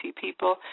people